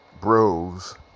bros